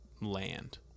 land